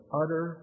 utter